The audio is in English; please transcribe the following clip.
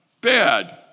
bad